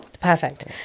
perfect